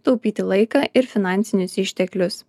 taupyti laiką ir finansinius išteklius